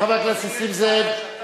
חבר הכנסת נסים זאב,